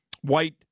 White